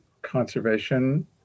Conservation